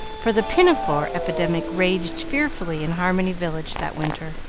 for the pinafore epidemic raged fearfully in harmony village that winter.